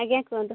ଆଜ୍ଞା କୁହନ୍ତୁ